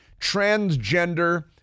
transgender